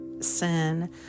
sin